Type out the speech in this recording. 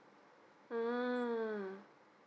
mm